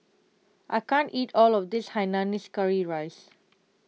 I can't eat all of this Hainanese Curry Rice